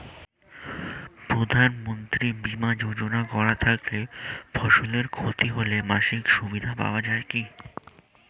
প্রধানমন্ত্রী ফসল বীমা যোজনা করা থাকলে ফসলের ক্ষতি হলে মাসিক সুবিধা পাওয়া য়ায় কি?